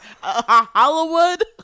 Hollywood